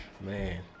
Man